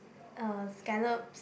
uh scallops